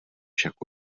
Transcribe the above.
však